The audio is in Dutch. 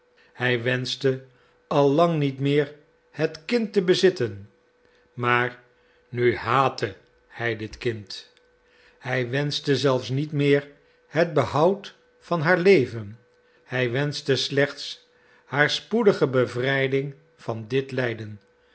hij wenschte al lang niet meer het kind te bezitten maar nu haatte hij dit kind hij wenschte zelfs niet meer het behoud van haar leven hij wenschte slechts haar spoedige bevrijding van dit lijden